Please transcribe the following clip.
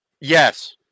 Yes